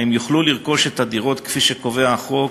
האם יוכלו לרכוש את הדירות כפי שקובע החוק,